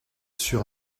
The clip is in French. sur